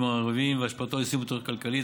הערביים והשפעתו על יישום התוכנית הכלכלית,